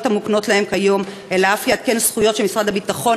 המוקנות להם כיום אלא אף יעדכן זכויות שמשרד הביטחון